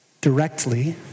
directly